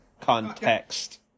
Context